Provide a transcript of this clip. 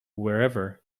wherever